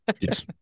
Yes